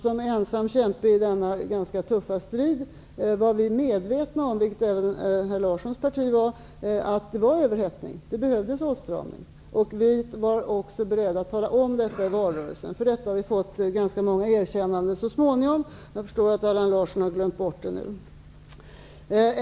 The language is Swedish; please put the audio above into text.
Som ensamma kämpar i denna ganska tuffa strid var vi medvetna om, vilket även herr Larssons parti var, att det var överhettning. Det behövdes åtstramning. Vi var också beredda att tala om detta i valrörelsen. Så småningom har vi fått ganska många erkännanden för detta. Jag förstår att Allan Larsson har glömt bort det nu.